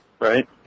right